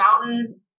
mountain